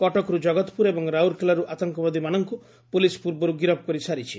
କଟକରୁ ଜଗତପୁର ଏବଂ ରାଉରକେଲାରୁ ଆତଙ୍କବାଦୀମାନଙ୍କୁ ପୁଲିସ୍ ପୂର୍ବରୁ ଗିରଫ କରିସାରିଛି